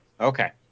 Okay